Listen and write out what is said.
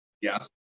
Yes